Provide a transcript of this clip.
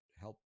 help